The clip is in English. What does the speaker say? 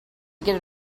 get